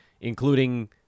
including